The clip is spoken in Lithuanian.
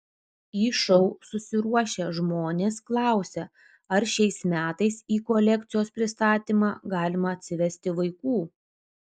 į šou susiruošę žmonės klausia ar šiais metais į kolekcijos pristatymą galima atsivesti vaikų